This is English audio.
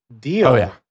deal